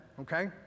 okay